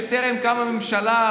בימים שטרם קמה ממשלה,